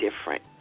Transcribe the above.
different